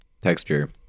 texture